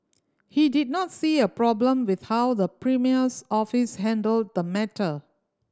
he did not see a problem with how the premier's office handled the matter